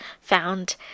found